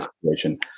situation